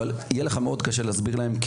אבל יהיה לך מאוד קשה להסביר להן.